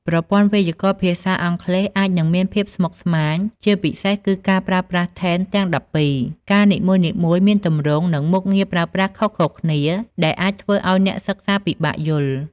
ប្រព័ន្ធវេយ្យាករណ៍ភាសាអង់គ្លេសអាចនឹងមានភាពស្មុគស្មាញ ជាពិសេសគឺការប្រើប្រាស់ tenses ទាំង ១២។ កាលនីមួយៗមានទម្រង់ និងមុខងារប្រើប្រាស់ខុសៗគ្នា ដែលអាចធ្វើឱ្យអ្នកសិក្សាពិបាកយល់។